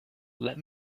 let